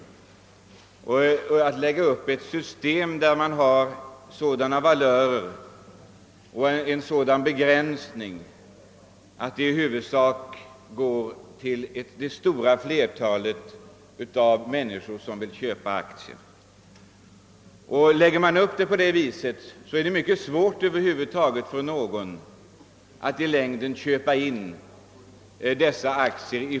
Det gäller att lägga upp ett system med sådana valörer och sådana begränsningar, att aktierna i huvudsak köps av det stora flertalet av människor som vill köpa aktier. Läggs verksamheten upp på det viset, blir det mycket svårt för någon att köpa in aktier från alla olika håll och få stora poster på en hand.